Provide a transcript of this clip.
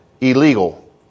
illegal